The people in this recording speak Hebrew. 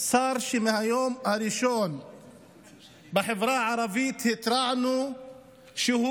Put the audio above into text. שר שמהיום הראשון התרענו בחברה הערבית